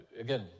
again